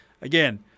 Again